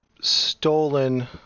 stolen